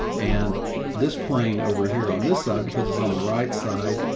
and this plane over here on this side, because it's on the right side,